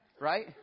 Right